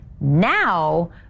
now